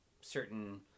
certain